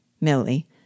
Millie